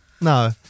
No